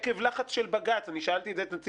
עקב לחץ של בג"ץ, פתאום